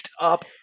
up